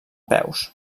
peus